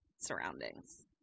surroundings